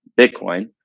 Bitcoin